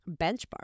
benchmark